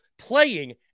playing